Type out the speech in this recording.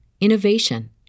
innovation